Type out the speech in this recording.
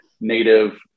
native